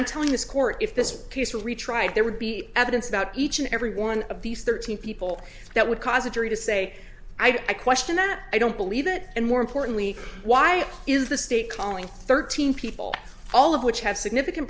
i'm telling this court if this piece retried there would be evidence about each and every one of these thirteen people that would cause a jury to say i question that i don't believe that and more importantly why is the state calling thirteen people all of which have significant